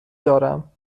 دارم